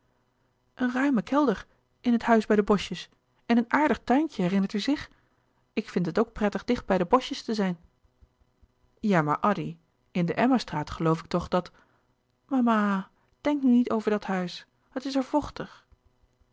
een ruime kelder in het huis bij de boschjes en een aardig tuintje herinnert u zich ik vind het ook prettig dicht bij de boschjes te zijn ja maar addy in de emma straat geloof ik toch dat louis couperus de boeken der kleine zielen mama denk nu niet over dat huis het is er vochtig